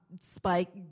Spike